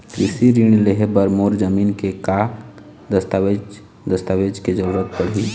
कृषि ऋण लेहे बर मोर जमीन के का दस्तावेज दस्तावेज के जरूरत पड़ही?